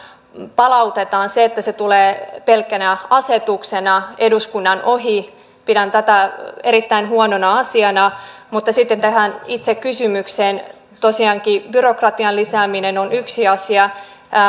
palautetaan sitä että se tulee pelkkänä asetuksena eduskunnan ohi erittäin huonona asiana mutta sitten tähän itse kysymykseen tosiaankin byrokratian lisääminen on yksi asia